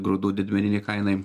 grūdų didmeninei kainai